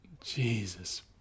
Jesus